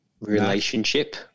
Relationship